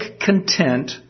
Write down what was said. content